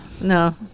No